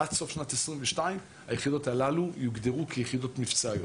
שעד סוף שנת 2022 היחידות הללו יוגדרו כיחידות מבצעיות.